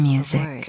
Music